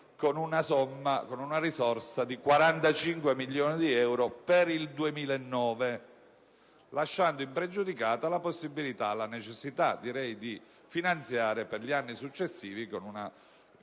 con una somma di 45 milioni di euro per il 2009, lasciando impregiudicata la possibilità, (direi la necessità) di finanziare per gli anni successivi le